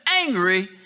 angry